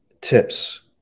Tips